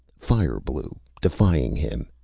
fire-blue, defying him,